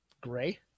Gray